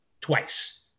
twice